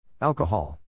Alcohol